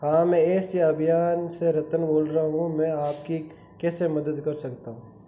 हाँ मैं Asia अभियान से रतन बोल रहा हूँ मैं आपकी कैसे मदद कर सकता हूँ